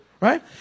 Right